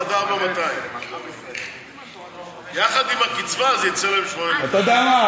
עד 4,200. יחד עם הקצבה זה יצא להם 8,000. אתה יודע מה?